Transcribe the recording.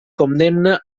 condemna